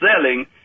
selling